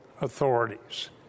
Authorities